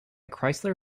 chrysler